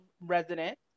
resident